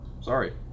sorry